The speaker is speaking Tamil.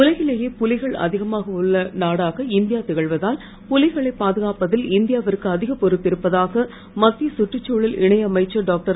உலகிலேயே புலிகள் அதிகம் உள்ள நாடாக இந்தியா திகழ்வதால் புலிகளை பாதுகாப்பதில் இந்தியாவிற்கு அதிக பொறுப்பு இருப்பதாக மத்திய கற்றுச்தழல் இணை அமைச்சர் டாக்டர்